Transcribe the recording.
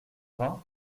vingt